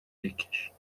بکش